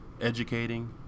educating